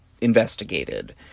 investigated